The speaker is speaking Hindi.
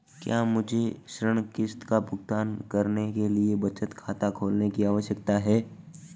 क्या मुझे ऋण किश्त का भुगतान करने के लिए बचत खाता खोलने की आवश्यकता है?